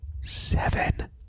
Seven